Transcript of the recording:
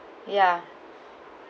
ya